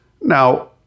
Now